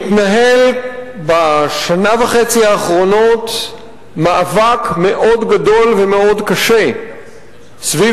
מתנהל בשנה וחצי האחרונות מאבק מאוד גדול ומאוד קשה סביב